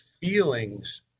feelings